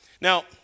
Now